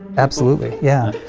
absolutely, yeah.